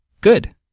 Good